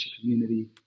community